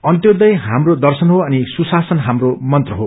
अन्त्योदय हाम्रो दर्शन हो अनि सुशासन हाम्रो मन्त्र हो